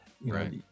Right